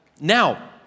Now